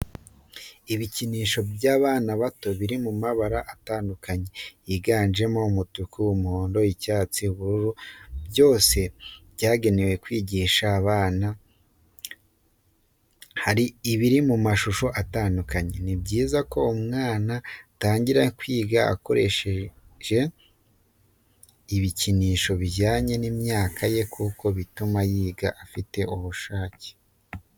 Ibikinisho by'abana bato biri mu mabara atandukanye yiganjemo umutuku, umuhondo, icyatsi, ubururu byose byagenewe kwigisha abana hari ibiri mu mashusho atandukanye. Ni byiza ko umwana atangira kwiga hakoreshejwe ibikinisho bijyanye n'imyaka ye kuko bituma yiga afite ubushake.